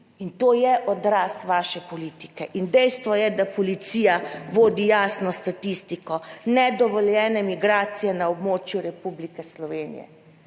In to je odraz vaše politike. In dejstvo je, da policija vodi jasno statistiko nedovoljene migracije na območju Republike Slovenije